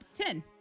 ten